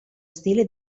stile